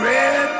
Red